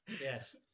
Yes